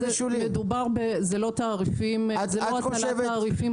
זה לא הטלת תעריפים חדשים.